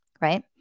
right